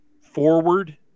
forward